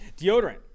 Deodorant